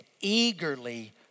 eagerly